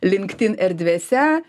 linkedin erdvėse